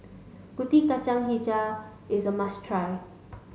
Kuih Kacang Hijau is a must try